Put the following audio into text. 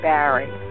Barry